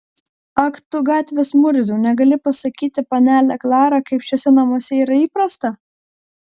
ak tu gatvės murziau negali pasakyti panelę klarą kaip šiuose namuose yra įprasta